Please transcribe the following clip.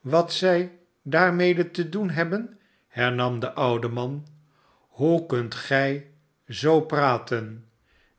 wat zij daarmede te doen hebben hernam de oude man hoe kunt gij zoo praten